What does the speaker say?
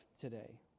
today